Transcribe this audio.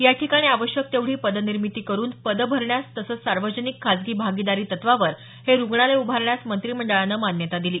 या ठिकाणी आवश्यक तेवढी पदनिर्मिती करून पदं भरण्यास तसंच सार्वजनिक खासगी भागिदारी तत्वावर हे रुग्णालय उभारण्यास मंत्रिमंडळानं मान्यता दिली